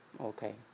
Okay